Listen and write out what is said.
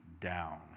down